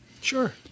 Sure